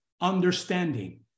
understanding